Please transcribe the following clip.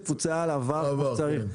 עבר כמו שצריך.